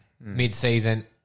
Mid-season